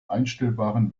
einstellbaren